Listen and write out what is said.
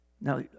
Now